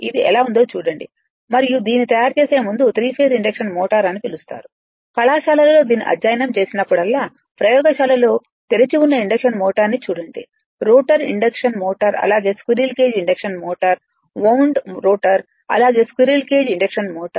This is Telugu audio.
ఇది ఎలా ఉందో చూడండి మరియు దీనిని తయారుచేసే ముందు త్రి ఫేస్ ఇండక్షన్ మోటార్ అని పిలుస్తాను కళాశాలలో దీనిని అధ్యయనం చేసినప్పుడల్లా ప్రయోగశాలలో తెరిచి ఉన్న ఇండక్షన్ మోటార్ ని చూడండి రోటర్ ఇండక్షన్ మోటార్ అలాగే squirrel cage induction motor wound rotor అలాగే స్క్విరెల్ కేజ్ ఇండక్షన్ మోటార్